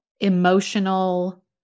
emotional